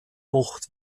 bucht